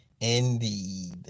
indeed